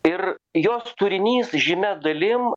ir jos turinys žymia dalim